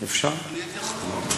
אני הייתי אחרון.